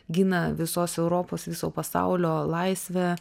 gina visos europos viso pasaulio laisvę